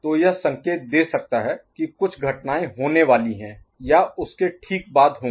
तो यह संकेत दे सकता है कि कुछ घटनाएं होने वाली है या उसके ठीक बाद होंगी